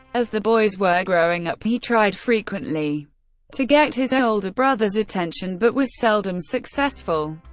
as the boys were growing up, he tried frequently to get his older brothers' attention, but was seldom successful.